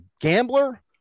gambler